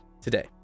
Today